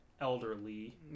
elderly